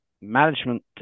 management